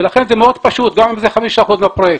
לכן זה מאוד פשוט, גם אם אלה 5 אחוזים מהפרויקט.